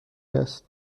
است